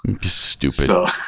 Stupid